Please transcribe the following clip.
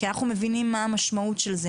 כי אנחנו מבינים מה המשמעות של זה,